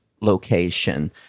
location